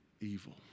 evil